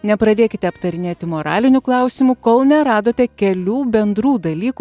nepradėkite aptarinėti moralinių klausimų kol neradote kelių bendrų dalykų